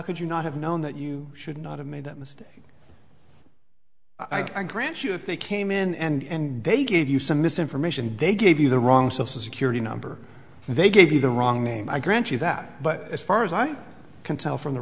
could you not have known that you should not have made that mistake i grant you that they came in and they gave you some misinformation they gave you the wrong social security number they gave you the wrong name i grant you that but as far as i can tell from the